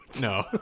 No